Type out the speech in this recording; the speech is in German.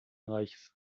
reichs